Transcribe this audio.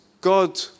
God